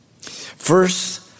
First